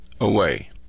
away